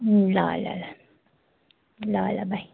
ल ल ल ल ल बाई